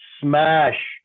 smash